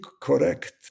correct